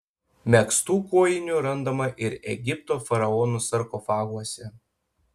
megztų kojinių randama ir egipto faraonų sarkofaguose